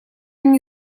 мне